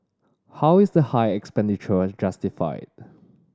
how is the high expenditure justified